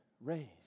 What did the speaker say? raised